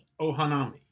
Ohanami